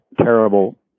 terrible